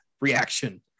Reaction